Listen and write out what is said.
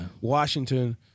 Washington